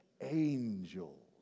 Angels